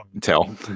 Tell